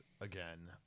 again